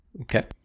okay